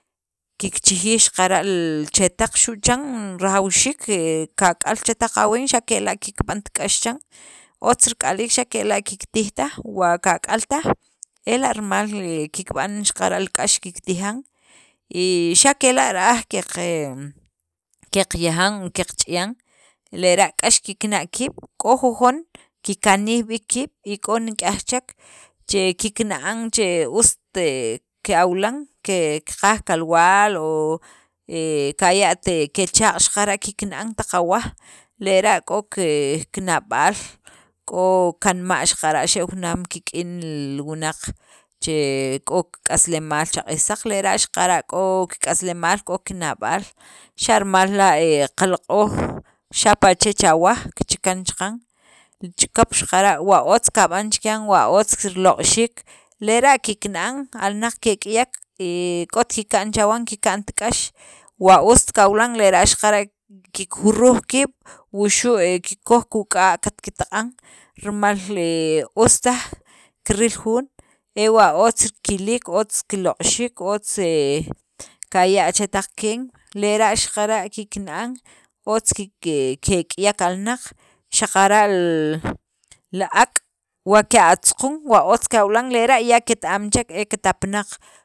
Kikchijij xaqara' l chetaq xu' chan rajawxiik he kak'al chetaq aween, xa' kela' kikb'ant k'ax chan, otz rik'aliik xa' kela' kiktij taj, wa kak'al taj ela' rimal he kikb'an xaqara' li k'ax kiktijan y xa' kela' ra'aj qaqe, qaqeya'jan, qeqch'ayan, lera' k'ax kikna' kiib', k'o jujon kikkanij b'iik kiib' y k'o nik'ayj chek che kikna'an che ust he kawilan kikaj kalwaal o he kaya't e kechaaq' xaqara' kikna'an taq awaj, lera' k'o ke kena'b'aal, k'o kanma' xaqara' xe' junaam kik'in li wunaq che k'o kik'aslemaal cha q'iij saq, lera' xaqara' k'o kik'aslemaal, k'o kina'b'aal xa' rimal la' he qaloq'oj xapa' chech awaj kichakan chaqan, li chikap xaqara' wa otz kab'an chikyan wa otz riloq'xiik, lera' kikna'an alnaq kek'iyek, e k'ot kika'n chawan, kik'ant k'ax wa ust kawilan, lera' xaqara' kikjuruj kiib' wuxu' he kikoj kuk'aa' katkitaq'an, rimal he us taj kiril jun e wa otz kiliik, otz kiloq'xiik otz he kaya' chetaq keen lera' xaqara' kikna'an otz kek'iyek alnaq xaqara' lll li ak' wa keatzukun lera' ya ket- am chek e katapanaq.